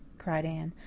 cried anne,